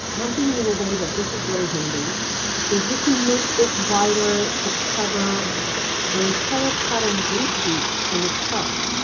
i'm thinking of a way that this is really handy is you can make this wider to cover an entire pattern repeat in a chart,